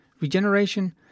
regeneration